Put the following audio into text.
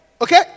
Okay